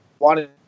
wanted